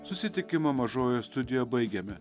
susitikimą mažojoje studijoje baigiame